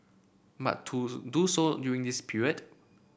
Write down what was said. but to do so during this period